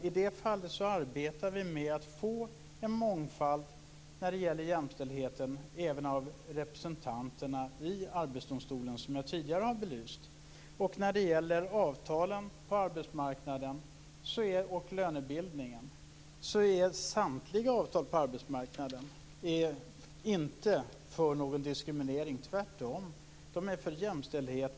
I det fallet arbetar vi med att få en mångfald när det gäller jämställdheten även bland representanterna i Arbetsdomstolen, som jag tidigare har belyst. När det gäller avtalen på arbetsmarknaden och lönebildningen är de inte för diskriminering, utan de är tvärtom för jämställdhet.